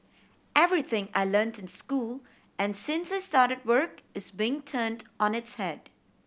everything I learnt in school and since I started work is being turned on its head